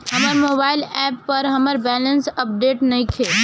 हमर mobile app पर हमर बैलेंस अपडेट नइखे